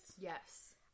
Yes